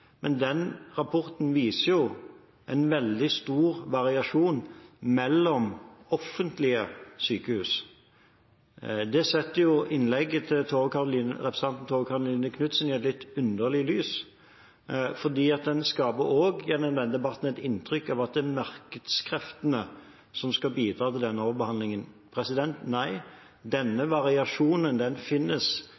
men den rapporten viser jo en veldig stor variasjon mellom offentlige sykehus. Det setter innlegget til representanten Tove Karoline Knutsen i et litt underlig lys, fordi det i denne debatten skapes et inntrykk av at det er markedskreftene som bidrar til denne overbehandlingen. Nei, denne